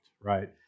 right